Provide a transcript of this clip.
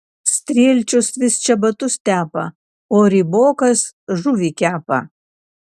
strielčius vis čebatus tepa o rybokas žuvį kepa